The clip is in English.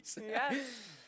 Yes